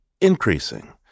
increasing